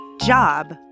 job